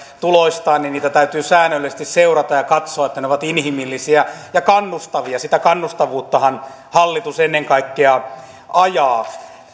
tuloistaan täytyy säännöllisesti seurata ja katsoa että ne ovat inhimillisiä ja kannustavia sitä kannustavuuttahan hallitus ennen kaikkea ajaa